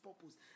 purpose